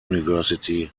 university